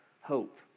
hope